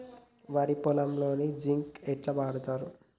వరి పొలంలో జింక్ ఎట్లా వాడుతరు?